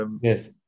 Yes